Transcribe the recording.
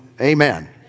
Amen